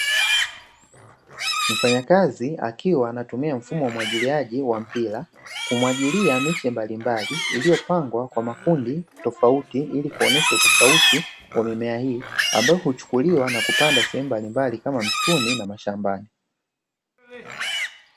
Mfanyakazi akiwa anatumia mfumo wa umwagiliaji wa mpira, kumwagila miche mbalimbali iliyopandwa kwa makundi, tofauti ili kuonyesha utofauti wa mimea hii, ili kuchukuliwa na kupandwa sehemu tofauti kama msituni na shambani.